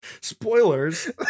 Spoilers